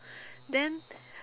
then